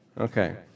Okay